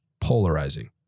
polarizing